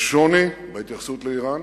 יש שוני בהתייחסות לאירן